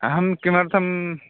अहं किमर्थम्